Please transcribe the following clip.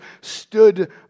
stood